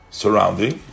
surrounding